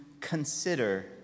consider